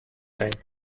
time